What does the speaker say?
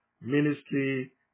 ministry